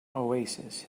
oasis